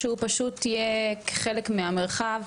שהוא פשוט יהיה כחלק מהמרחב,